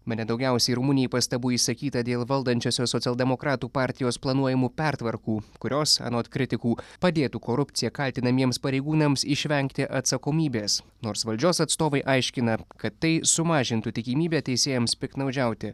bene daugiausiai rumunijai pastabų išsakyta dėl valdančiosios socialdemokratų partijos planuojamų pertvarkų kurios anot kritikų padėtų korupcija kaltinamiems pareigūnams išvengti atsakomybės nors valdžios atstovai aiškina kad tai sumažintų tikimybę teisėjams piktnaudžiauti